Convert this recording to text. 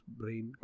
brain